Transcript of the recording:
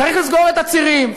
צריך לסגור את הצירים,